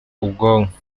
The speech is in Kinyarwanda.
ubwonko